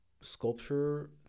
sculpture